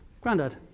Grandad